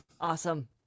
Awesome